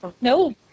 No